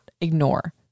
ignore